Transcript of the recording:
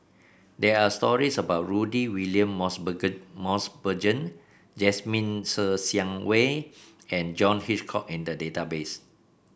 there are stories about Rudy William Mosbergen Jasmine Ser Xiang Wei and John Hitchcock in the database